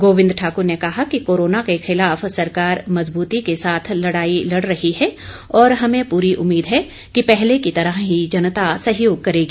गोविंद ठाकुर ने कहा कि कोरोना के खिलाफ सरकार मजबूती के साथ लड़ाई लड़ रही है और हमें पूरी उम्मीद है कि पहले की तरह ही जनता सहयोग करेगी